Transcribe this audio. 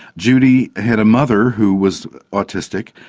judy had a mother who was autistic.